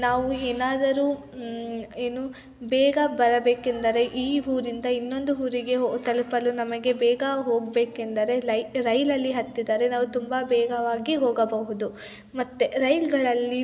ನಾವು ಏನಾದರೂ ಏನು ಬೇಗ ಬರಬೇಕೆಂದರೆ ಈ ಊರಿಂದ ಇನ್ನೊಂದು ಊರಿಗೆ ಹೋ ತಲುಪಲು ನಮಗೆ ಬೇಗ ಹೋಗಬೇಕೆಂದರೆ ಲೈ ರೈಲಲ್ಲಿ ಹತ್ತಿದರೆ ನಾವು ತುಂಬ ವೇಗವಾಗಿ ಹೋಗಬಹುದು ಮತ್ತು ರೈಲುಗಳಲ್ಲಿ